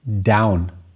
down